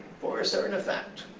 for certain effect.